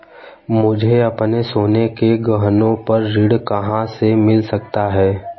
मुझे अपने सोने के गहनों पर ऋण कहां से मिल सकता है?